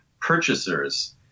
purchasers